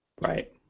right